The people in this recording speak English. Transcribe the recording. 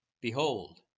Behold